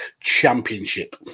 Championship